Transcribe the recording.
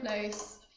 close